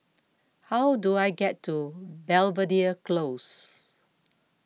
how do I get to Belvedere Close